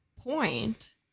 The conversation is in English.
point